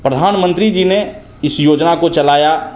प्रधानमंत्री जी ने इस योजना को चलाया